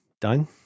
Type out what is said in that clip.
Done